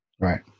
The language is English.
Right